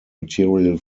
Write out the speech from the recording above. material